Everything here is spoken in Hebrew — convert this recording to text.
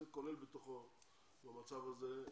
במצב הזה,